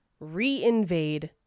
reinvade